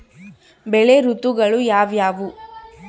ಬೆಳೆ ಋತುಗಳು ಯಾವ್ಯಾವು?